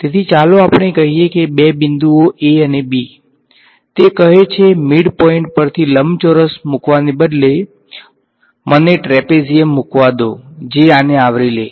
તેથી ચાલો આપણે કહીએ કે 2 બિંદુઓ a અને b તે કહે છે મિડ્પોઈંટ પરથી લંબચોરસ મૂકવાને બદલે મને ટ્રેપેઝિયમ મૂકવા દો જે આને આવરી લે